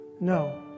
No